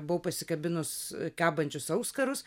buvau pasikabinus kabančius auskarus